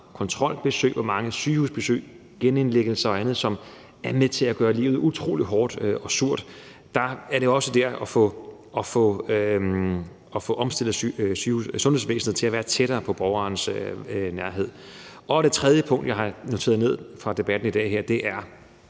kontrolbesøg, hvor mange sygehusbesøg og hvor mange genindlæggelser og andet der er med til at gøre livet utrolig hårdt og surt, og der gælder det også om at få omstillet sundhedsvæsenet til at være tættere på borgeren. Det tredje punkt, jeg har noteret fra debatten i dag, er